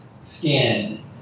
skin